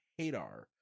Hadar